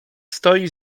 stoi